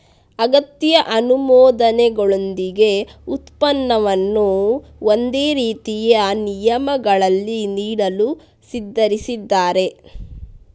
ಅಗತ್ಯ ಅನುಮೋದನೆಗಳೊಂದಿಗೆ ಉತ್ಪನ್ನವನ್ನು ಒಂದೇ ರೀತಿಯ ನಿಯಮಗಳಲ್ಲಿ ನೀಡಲು ಸಿದ್ಧರಿದ್ದಾರೆ